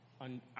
on